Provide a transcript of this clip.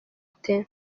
ite